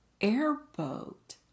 airboat